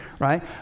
right